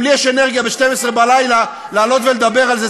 אם יש לי אנרגיה ב-12 בלילה לעלות ולדבר על זה,